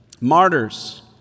martyrs